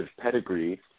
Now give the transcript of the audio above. pedigree